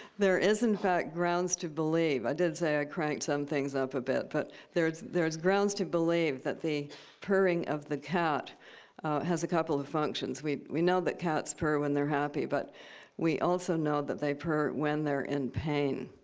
there is, in fact, grounds to believe i did say i cranked some things up a bit. but there's there's grounds to believe that the purring of the cat has a couple of functions. we we know that cats purr when they're happy, but we also know that they purr when they're in pain.